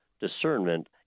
discernment